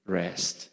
rest